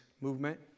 movement